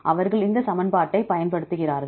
அவர்கள் இந்த சமன்பாட்டைப் பயன்படுத்துகிறார்கள்